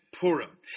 Purim